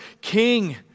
king